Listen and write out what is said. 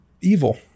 evil